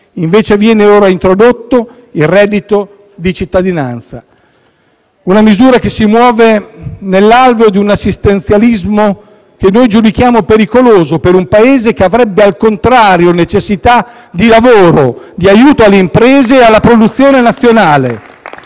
Invece, viene ora introdotto il reddito di cittadinanza, una misura che si muove nell'alveo di un assistenzialismo che noi giudichiamo pericoloso per un Paese che, al contrario, avrebbe necessità di lavoro, aiuto alle imprese e alla produzione nazionale.